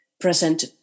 present